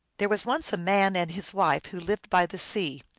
there was once a man and his wife who lived by the sea,